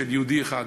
של יהודי אחד,